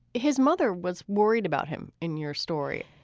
his mother was worried about him. in your story?